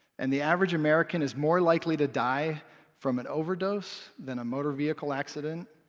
and the average american is more likely to die from an overdose than a motor vehicle accident,